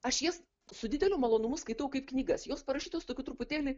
aš jas su dideliu malonumu skaitau kaip knygas jos parašytos tokiu truputėlį